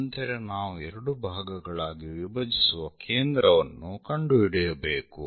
ನಂತರ ನಾವು ಎರಡು ಭಾಗಗಳಾಗಿ ವಿಭಜಿಸುವ ಕೇಂದ್ರವನ್ನು ಕಂಡುಹಿಡಿಯಬೇಕು